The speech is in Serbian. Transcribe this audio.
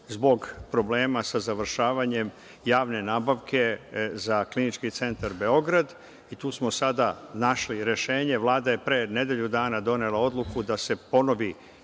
zbog problema sa završavanjem javne nabavke za Klinički centar Beograd i tu smo sada našli rešenje. Vlada je pre nedelju dana donela odluku da se ponovi